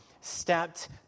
stepped